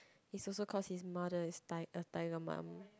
is also cause his mother is ti~ a tiger mum